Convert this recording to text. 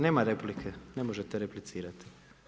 Nema replike, ne možete replicirati.